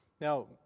Now